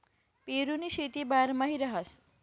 पेरुनी शेती बारमाही रहास